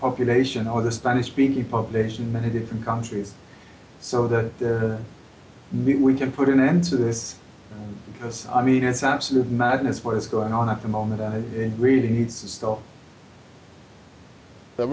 population or the spanish speaking population many different countries so that we can put an end to this because i mean it's absolute madness what is going on at the moment in reading